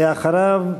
ואחריו,